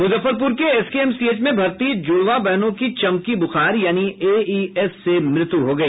मुजफ्फरपुर के एसकेएमसीएच में भर्ती जुड़वा बहनों की चमकी बुखार यानी एईएस से मृत्यु हो गई